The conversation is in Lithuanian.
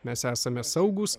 mes esame saugūs